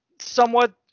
somewhat